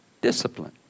discipline